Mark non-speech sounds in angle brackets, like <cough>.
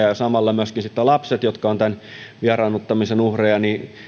<unintelligible> ja samalla myöskin sitten lapset jotka ovat tämän vieraannuttamisen uhreja